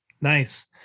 Nice